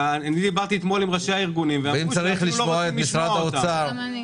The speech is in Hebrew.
דיברתי אתמול עם ראשי הארגונים שאומרים שאפילו לא רוצים לשמוע אותם.